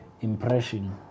impression